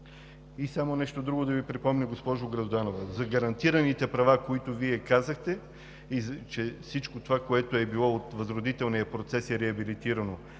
и нещо друго, госпожо Грозданова, за гарантираните права, които Вие казахте, че всичко това, което е било от възродителния процес, е реабилитирано.